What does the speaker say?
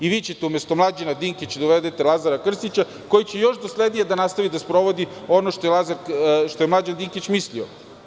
Vi ćete umesto Mlađana Dinkića da uvedete Lazara Krstića koji će još doslednije da nastavi da sprovodi ono što je Mlađan Dinkić mislio.